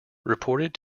reported